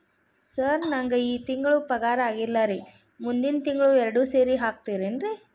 sir ನಂಗ ಈ ತಿಂಗಳು ಪಗಾರ ಆಗಿಲ್ಲಾರಿ ಮುಂದಿನ ತಿಂಗಳು ಎರಡು ಸೇರಿ ಹಾಕತೇನ್ರಿ